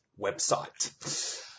website